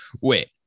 Wait